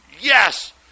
Yes